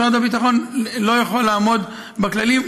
משרד הביטחון לא יכול לעמוד במחיר,